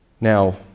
Now